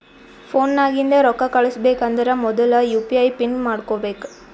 phone ನಾಗಿಂದೆ ರೊಕ್ಕಾ ಕಳುಸ್ಬೇಕ್ ಅಂದರ್ ಮೊದುಲ ಯು ಪಿ ಐ ಪಿನ್ ಮಾಡ್ಕೋಬೇಕ್